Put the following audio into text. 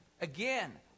Again